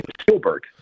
Spielberg